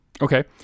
Okay